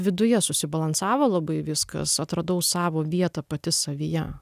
viduje susibalansavo labai viskas atradau savo vietą pati savyje